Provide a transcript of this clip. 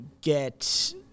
get